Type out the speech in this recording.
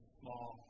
small